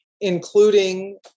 including